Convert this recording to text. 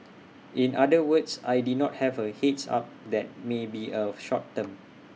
in other words I did have A heads up that may be A short term